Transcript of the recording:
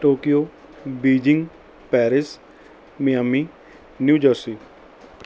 Tokyo Beijing Paris Miami new jersey